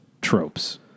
tropes